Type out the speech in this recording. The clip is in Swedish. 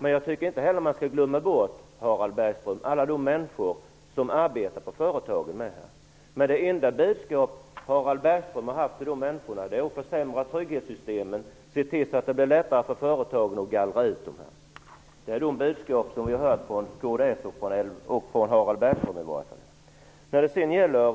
Men vi skall inte heller glömma bort alla de människor som arbetar på företagen, Harald Bergström. Det enda budskap Harald Bergström har haft till dessa människor är att försämra trygghetssystemen och göra det lättare för företagen att gallra ut dem. Det är det budskap som vi fått från kds och Harald När det sedan gäller